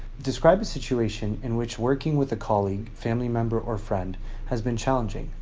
describe a situation in which working with a colleague, family member, or friend has been challenging.